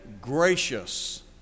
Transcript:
gracious